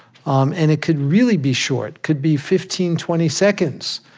um and it could really be short, could be fifteen, twenty seconds,